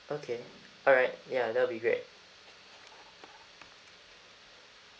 okay alright ya that will be great